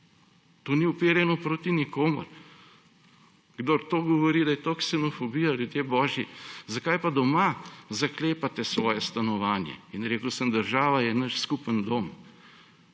To ni uperjeno proti nikomur. Kdor govori, da je to ksenofobija, ljudje božji, zakaj pa doma zaklepate svoje stanovanje? In rekel sem, država je naš skupen dom.